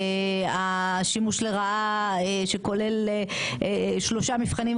השימוש לרעה שכולל שלושה מבחנים,